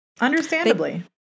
Understandably